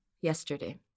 Yesterday